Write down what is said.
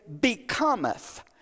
becometh